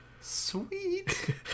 Sweet